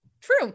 True